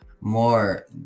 more